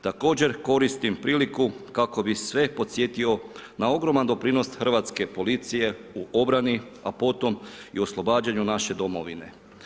Također koristim priliku kako bi sve podsjetio na ogroman doprinos Hrvatske policije u obrani, a potom i u oslobađanju naše domovine.